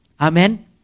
Amen